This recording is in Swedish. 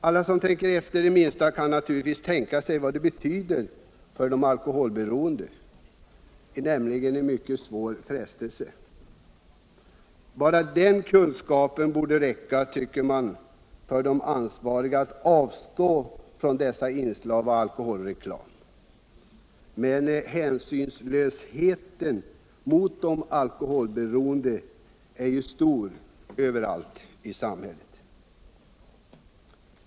Alla som tänker efter det minsta kan naturligtvis förstå vad detta betyder för de alkoholberoende, nämligen en mycket svår frestelse. Bara den kunskapen borde räcka. tycker man, för att de ansvariga skulle avstå från dessa inslag av alkoholreklam i TV. Men hänsynslösheten mot de alkoholberoende är ju stor överallt i samhället.